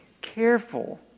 Careful